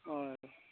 ꯍꯣꯏ